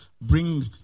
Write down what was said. bring